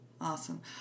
Awesome